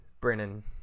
Brennan